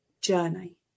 journey